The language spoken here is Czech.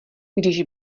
když